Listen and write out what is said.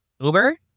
Uber